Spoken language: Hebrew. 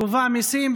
גובה מיסים,